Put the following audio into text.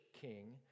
king